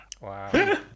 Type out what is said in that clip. Wow